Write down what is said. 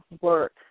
work